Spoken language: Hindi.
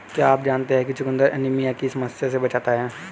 क्या आप जानते है चुकंदर एनीमिया की समस्या से बचाता है?